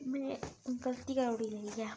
में गलती करुड़ी लेइयै